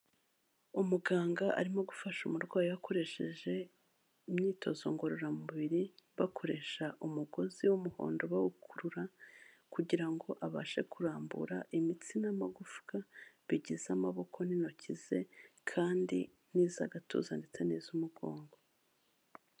Umuganga arimo gufasha umurwayi, akoresheje imyitozo ngororamubiri, bakoresha umugozi w'umuhondo bawukurura, kugira ngo abashe kurambura imitsi n'amagufwa, bigize amaboko n'intoki ze, kandi n'iz'agatuza ndetse n'iz'umugongo.